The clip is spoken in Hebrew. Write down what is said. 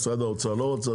משרד האוצר לא רצה,